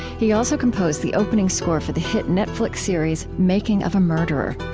he also composed the opening score for the hit netflix series making of a murderer.